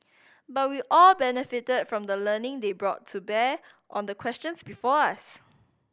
but we all benefited from the learning they brought to bear on the questions before us